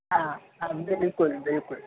हा हा बिल्कुलु बिल्कुलु